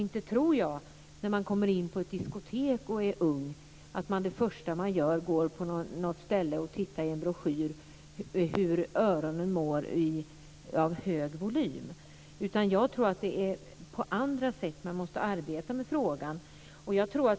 Inte tror jag att när man är ung och kommer in på ett diskotek så är det första man gör att gå och titta i en broschyr om hur öronen mår av hög volym. Jag tror att det är på andra sätt som man måste arbeta med frågan.